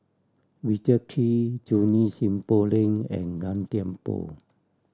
Richard Kee Junie Sng Poh Leng and Gan Thiam Poh